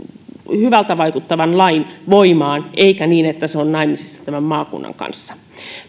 hyvältä vaikuttavan lain voimaan eikä niin että se on naimisissa maakuntien kanssa